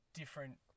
different